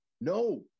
No